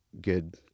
good